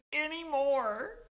anymore